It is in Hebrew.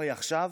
עכשיו